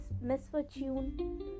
misfortune